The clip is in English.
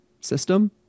system